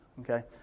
okay